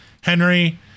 Henry